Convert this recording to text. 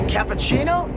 Cappuccino